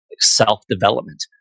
self-development